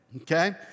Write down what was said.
okay